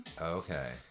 okay